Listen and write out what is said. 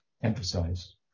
emphasized